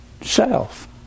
self